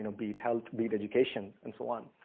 you know be it health, be it education, and so on.